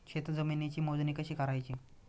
शेत जमिनीची मोजणी कशी करायची?